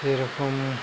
जेरखम